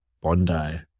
Bondi